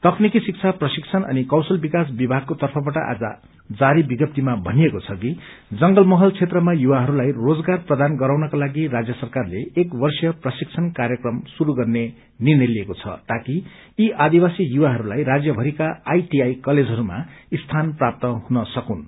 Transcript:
तकनीकि शिक्षा प्रशिक्षण अनि कौशल विकास विभागको तर्फबाट आज जारी विज्ञप्तीमा भनिएको छ कि जंगलमहल क्षेत्रका युवाहरूलाई रोजगार प्रदान गराउनका लागि राज्य सरकारले एक वर्षीय प्रशिक्षण कार्यक्रम शुरू गर्ने निर्णय लिएको छ ताकि यी आदिवासी युवाहरूलाई राज्यभरिका आइटीआइ कजलेजरूमा स्थान प्राप्त हुन सकून्